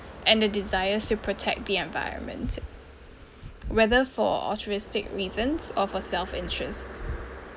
and the desire to protect the environment whether for altruistic reasons or for self-interest